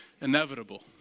inevitable